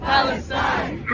Palestine